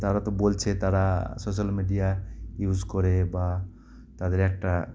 তারা তো বলছে তারা সোশ্যাল মিডিয়া ইউজ করে বা তাদের একটা